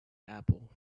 apple